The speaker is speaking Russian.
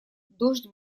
дождь